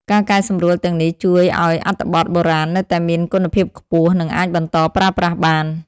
ការកែសម្រួលទាំងនេះជួយឱ្យអត្ថបទបុរាណនៅតែមានគុណភាពខ្ពស់ និងអាចបន្តប្រើប្រាស់បាន។